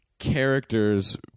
Characters